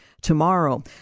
tomorrow